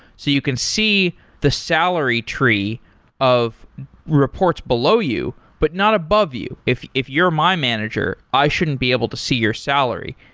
you can see the salary tree of reports below you, but not above you. if if you're my manager i shouldn't be able to see your salary.